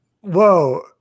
Whoa